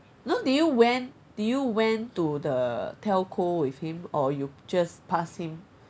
no did you went did you went to the telco with him or you just pass him